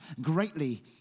greatly